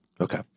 Okay